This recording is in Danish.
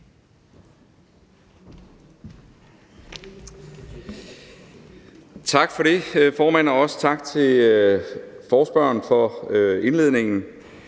Tak for det, formand, og også tak til ordføreren for forespørgerne